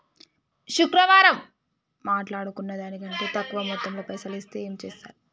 మాట్లాడుకున్న దాని కంటే తక్కువ మొత్తంలో పైసలు ఇస్తే ఏం చేత్తరు?